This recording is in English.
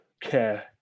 care